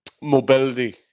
mobility